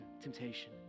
temptation